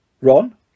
Ron